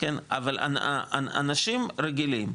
אבל אנשים רגילים,